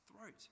throat